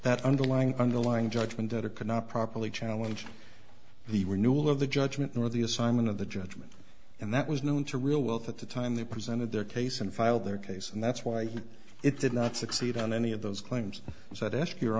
that underlying underlying judgment that a cannot properly challenge the renewal of the judgment or the assignment of the judgment and that was known to real wealth at the time they presented their case and filed their case and that's why it did not succeed on any of those claims so i'd ask your